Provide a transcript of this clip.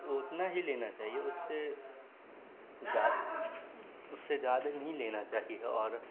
وہ اتنا ہی لینا چاہیے اس سے اس سے جیادہ نہیں لینا چاہیے اور